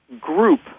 group